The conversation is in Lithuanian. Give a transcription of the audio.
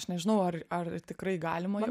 aš nežinau ar ar tikrai galima